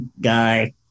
guy